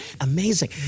Amazing